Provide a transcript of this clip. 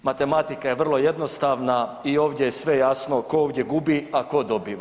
Matematika je vrlo jednostavna i ovdje je sve jasno tko ovdje gubi, a tko dobiva.